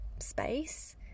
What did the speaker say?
space